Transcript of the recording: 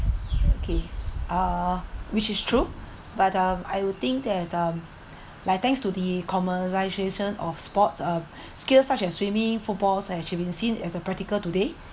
K uh which is true but um I would think that um like thanks to the commercialisation of sports uh skills such as swimming footballs eh should been seen as a practical today